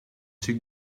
xic